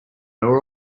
are